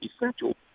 essential